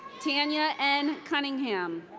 tanya n. cunningham.